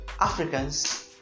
Africans